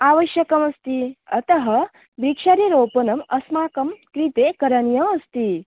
आवश्यकम् अस्ति अतः वृक्षारोपणम् अस्माकं कृते करणीयमस्ति